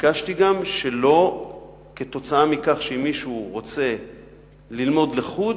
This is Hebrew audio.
ביקשתי גם שכתוצאה מכך שמישהו רוצה ללמוד לחוד,